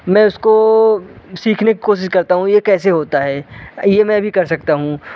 मैं उसको सीखने की कोशिश करता हूँ ये कैसे होता है ये मैं भी कर सकता हूँ